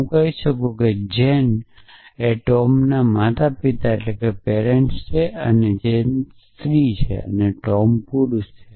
હું કહી શકું કે જેન ટોમને માતા છે અને જેન સ્ત્રી છે અને ટોમ પુરુષ છે